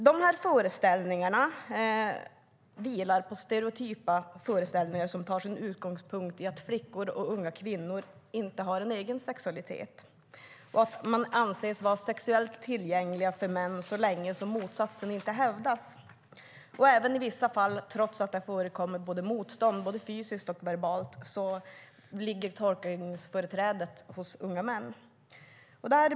De här föreställningarna är stereotypa föreställningar som tar sin utgångspunkt i att flickor och unga kvinnor inte har en egen sexualitet och anses vara sexuellt tillgängliga för män så länge motsatsen inte hävdas. I vissa fall ligger tolkningsföreträdet hos unga män, trots att det har förekommit motstånd både fysiskt och verbalt.